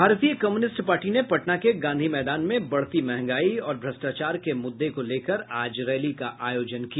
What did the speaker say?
भारतीय communist party ने पटना के गांधी मैदान में बढ़ती महंगाई और भ्रष्टाचार के मुद्दे को लेकर आज रैली का आयोजन किया